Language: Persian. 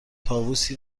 طاووسی